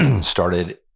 started